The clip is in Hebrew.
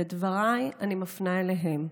ואת דבריי אני מפנה אליהם,